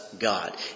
God